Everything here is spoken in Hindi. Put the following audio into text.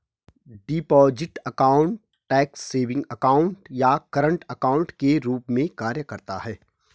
deposit account tax savings account या करंट अकाउंट के रूप में कार्य करता है